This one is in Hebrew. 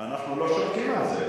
אנחנו לא שותקים על זה.